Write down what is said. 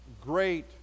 great